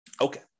Okay